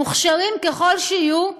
מוכשרים ככל שיהיו,